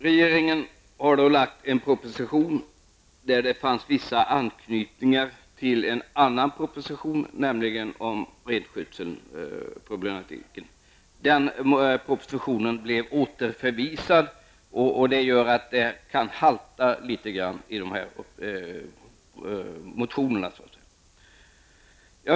Regeringen har lagt fram en proposition med vissa anknytningar till en annan proposition, nämligen en proposition om renskötsel. Den propositionen blev återförvisad, och detta gör att det kan halta litet grand när det gäller motionerna.